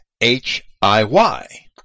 H-I-Y